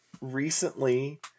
recently